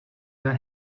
your